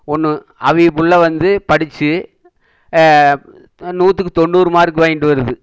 ஒன்று அவயக்குள்ள வந்து படிச்சு நூற்றுக்கு தொண்ணூறு மார்க் வாங்கிண்ட்டு வருது